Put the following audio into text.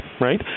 right